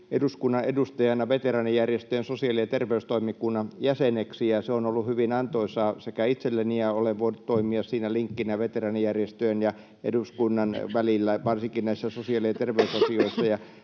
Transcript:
eduskunnan edustajana veteraanijärjestöjen sosiaali- ja terveystoimikunnan jäseneksi, ja se on ollut hyvin antoisaa itselleni ja olen myös voinut toimia siinä linkkinä veteraanijärjestöjen ja eduskunnan välillä varsinkin sosiaali- ja terveysasioissa.